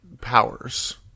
powers